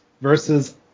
versus